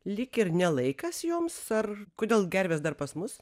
lyg ir ne laikas joms ar kodėl gervės dar pas mus